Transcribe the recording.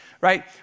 right